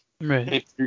Right